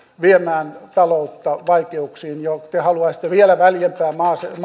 viemään taloutta vaikeuksiin te haluaisitte vielä väljempää